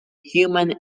human